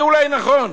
זה אולי נכון,